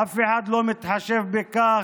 אף אחד לא מתחשב בכך